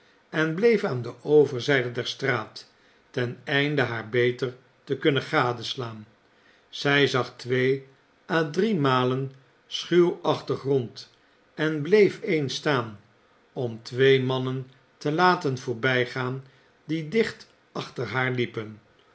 en bleef aan de overzijde der straat ten einde haar beter te kunnen gadeslaan zij zag twee a driemalen schuwachtig rond en bleef eens staan om twee mannen te laten voorbijgaan die dicht achter haar liepen